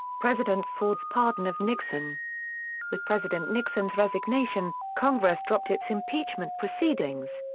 president ford's pardon of nixon with president nixon's resignation, congress dropped its impeachment proceedings.